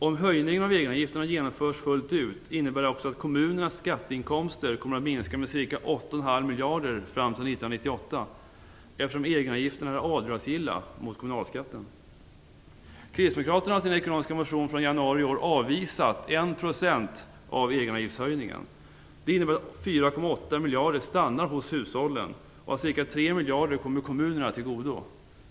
Om höjningen av egenavgifterna genomförs fullt ut innebär det också att kommunernas skatteinkomster kommer att minska med ca 8,5 miljarder fram till 1998, eftersom egenavgifterna är avdragsgilla mot kommunalskatten. Kristdemokraterna har i sin ekonomiska motion från januari i år avvisat 1 % av egenavgiftshöjningen. Det innebär att 4,8 miljarder stannar hos hushållen och att ca 3 miljarder kommer kommunerna till godo.